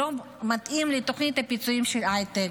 הוא לא מתאים לתוכנית הפיצויים של הייטק,